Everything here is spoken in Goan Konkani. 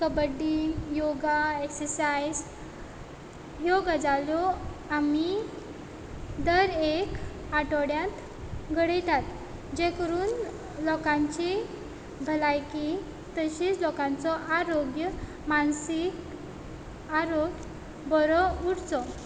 कबड्डी योगा एक्सर्सायज ह्यो गजाल्यो आमी दर एक आठवड्यांत घडयतात जे करून लोकांची भलायकी तशीच लोकांचो आरोग्य मानसीक आरोग्य बरो उरचो